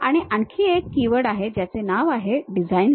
आणि आणखी एक कीवर्ड आहे ज्याचे नाव आहे design library